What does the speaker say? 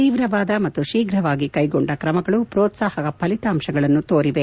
ತೀವ್ರವಾದ ಮತ್ತು ಶೀಘವಾಗಿ ಕ್ಲೆಗೊಂಡ ಕ್ರಮಗಳು ಪೋತ್ಸಾಹಕ ಫಲಿತಾಂಶಗಳನ್ನು ತೋರಿವೆ